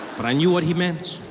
but i knew what he meant.